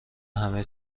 همه